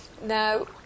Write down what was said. Now